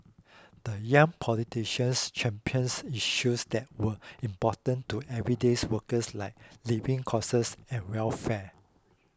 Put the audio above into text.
the young politicians championed issues that were important to everyday's workers like living causes and welfare